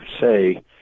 say